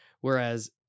Whereas